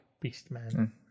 beast-man